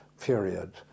period